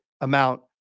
amount